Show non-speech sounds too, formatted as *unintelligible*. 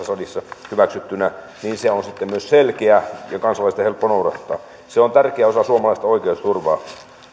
*unintelligible* salissa hyväksyttynä se on sitten myös selkeä ja kansalaisten on sitä helppo noudattaa se on tärkeä osa suomalaista oikeusturvaa